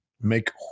Make